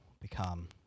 become